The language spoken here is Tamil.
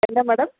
என்ன மேடம்